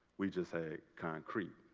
we just had concrete.